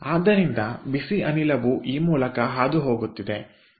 ಆದ್ದರಿಂದ ಬಿಸಿ ಅನಿಲವು ಈ ಮೂಲಕ ಹಾದುಹೋಗುತ್ತಿದೆ